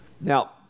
Now